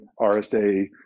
rsa